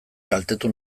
kaltetu